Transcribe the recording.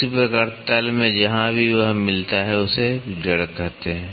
उसी प्रकार तल में जहाँ भी वह मिलता है उसे जड़ कहते हैं